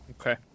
Okay